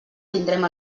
tindrem